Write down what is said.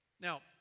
Now